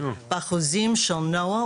באחוזים של נוער,